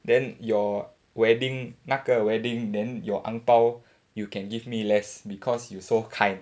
then your wedding 那个 wedding then your ang pao you can give me less because you so kind